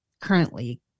currently